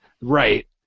Right